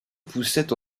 poussait